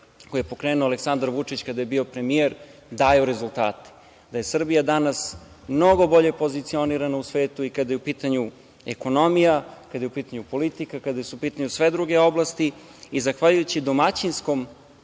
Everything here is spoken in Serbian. koje je pokrenuo Aleksandar Vučić kada je bio premijer daju rezultate. Da je Srbija danas mnogo bolje pozicionirana u svetu i kada je u pitanju ekonomija, kada je u pitanju politika, kada su pitanju sve druge oblasti. Zahvaljujući domaćinskom